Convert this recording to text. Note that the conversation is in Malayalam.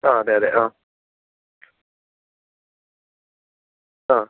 ആ അതെയതെ ആ ആ